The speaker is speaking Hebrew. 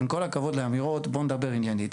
עם כל הכבוד לאמירות, בוא נדבר עניינית.